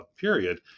period